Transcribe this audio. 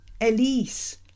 Elise